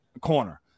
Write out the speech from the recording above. corner